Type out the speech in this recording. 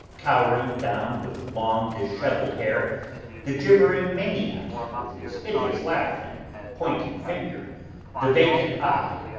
cowering down with long dishevelled hair the gibbering maniac, with his hideous laugh and pointed finger the vacant eye,